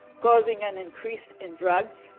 causing an increase in drugs,